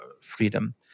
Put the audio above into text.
freedom